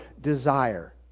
desire